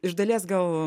iš dalies gal